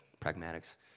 pragmatics